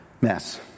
mess